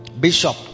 bishop